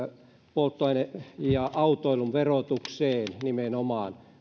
polttoaine ja autoilun verotukseen